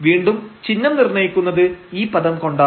വീണ്ടും ചിഹ്നം നിർണയിക്കുന്നത് ഈ പദം കൊണ്ടാവും